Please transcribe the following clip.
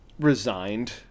resigned